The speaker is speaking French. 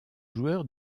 joueur